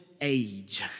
age